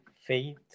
faith